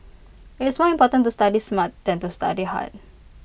IT is more important to study smart than to study hard